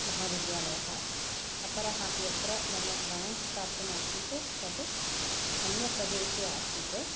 महाविद्यालयः अपरः यत्र मम राङ्क् प्राप्तम् आसीत् तद् अन्यप्रदेशे आसीत्